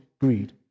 greed